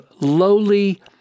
lowly